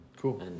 Cool